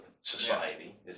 society